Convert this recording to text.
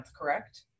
correct